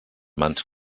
mans